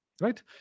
Right